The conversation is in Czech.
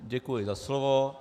Děkuji za slovo.